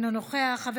אינו נוכח,